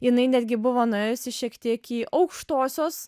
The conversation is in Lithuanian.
jinai netgi buvo nuėjusi šiek tiek į aukštosios